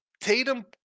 Tatum –